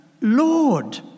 Lord